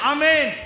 Amen